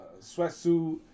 sweatsuit